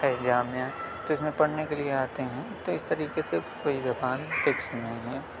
ہے جامعہ تو اس میں پڑھنے کے لیے آتے ہیں تو اس طریقے سے کوئی زبان فکس نہیں ہے